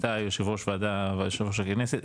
אתה יושב ראש ועדה ויושב ראש ועדת הכנסת,